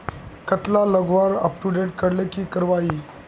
कतला लगवार अपटूडेट करले की करवा ई?